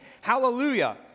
Hallelujah